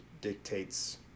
dictates